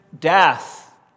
death